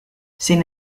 sin